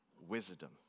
wisdom